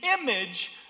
image